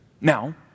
Now